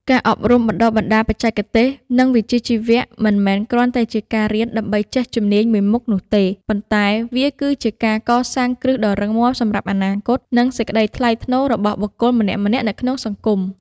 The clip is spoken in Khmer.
ការអប់រំបណ្ដុះបណ្ដាលបច្ចេកទេស និងវិជ្ជាជីវៈ មិនមែនគ្រាន់តែជាការរៀនដើម្បីចេះជំនាញមួយមុខនោះទេ ប៉ុន្តែវាគឺជាការកសាងគ្រឹះដ៏រឹងមាំសម្រាប់អនាគត និងសេចក្ដីថ្លៃថ្នូររបស់បុគ្គលម្នាក់ៗនៅក្នុងសង្គម។